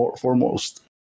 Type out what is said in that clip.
foremost